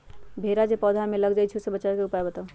भेरा जे पौधा में लग जाइछई ओ से बचाबे के उपाय बताऊँ?